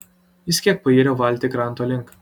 jis kiek payrė valtį kranto link